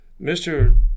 Mr